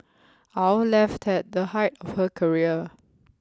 Al left at the height of her career